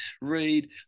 read